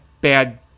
bad